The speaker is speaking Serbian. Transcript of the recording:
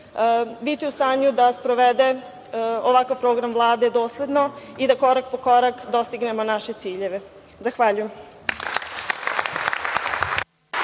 biti u stanju da sprovede ovakav program Vlade dosledno i da korak po korak dostignemo naše ciljeve. Zahvaljujem.